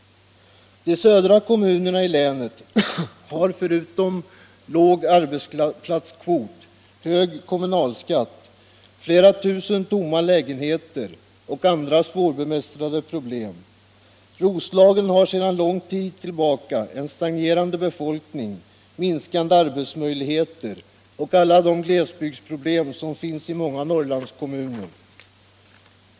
De södra kommunerna i länet har — förutom låg arbetsplatskvot — hög kommunalskatt, flera tusen tomma lägenheter och andra svårbemästrade problem. Roslagen har sedan lång tid tillbaka en stagnerande befolkning, minskande arbetsmöjligheter och alla de glesbygdsproblem som finns i många Norrlandskommuner.